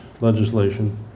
legislation